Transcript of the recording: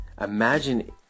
imagine